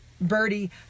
Birdie